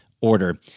order